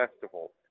festival